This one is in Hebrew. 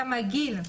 גם לגבי הגיל,